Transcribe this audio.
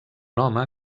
home